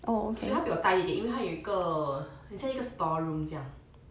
所以他比我大一点因为它有一个很像一个 store room 这样